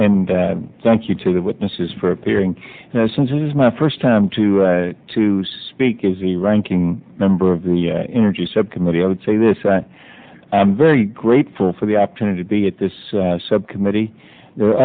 send and thank you to the witnesses for appearing since this is my first time to to speak is the ranking member of the energy subcommittee i would say this i am very grateful for the opportunity to be at this subcommittee there are